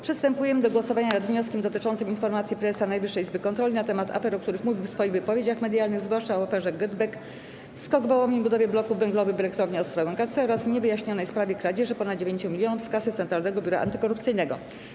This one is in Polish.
Przystępujemy do głosowania nad wnioskiem dotyczącym informacji prezesa Najwyższej Izby Kontroli na temat afer, o których mówił w swoich wypowiedziach medialnych, zwłaszcza o aferze GetBack, SKOK Wołomin, budowie bloków węglowych w elektrowni Ostrołęka C oraz niewyjaśnionej sprawie kradzieży ponad 9 milionów z kasy Centralnego Biura Antykorupcyjnego.